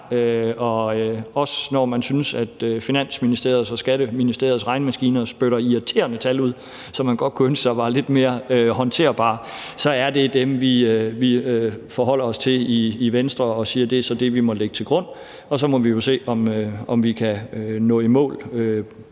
selv om man synes, at Finansministeriets og Skatteministeriets regnemaskiner spytter irriterende tal ud, som man godt kunne ønske sig var lidt mere håndterbare, så er det dem, vi forholder os til i Venstre, og som vi jo siger er det, vi må lægge til grund, og så må vi jo se, om vi kan nå i mål